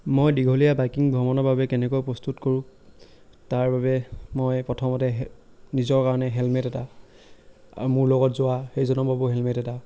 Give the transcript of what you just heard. মই দীঘলীয়া বাইকিং ভ্ৰমণৰ বাবে কেনেকৈ প্ৰস্তুত কৰোঁ তাৰ বাবে মই প্ৰথমতে নিজৰ কাৰণে হেলমেট এটা আৰু মোৰ লগত যোৱা সেইজনৰ বাবেও হেলমেট এটা